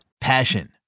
Passion